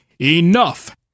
enough